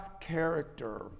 character